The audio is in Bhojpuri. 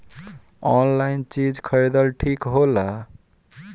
आनलाइन चीज खरीदल ठिक होला?